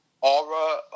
Aura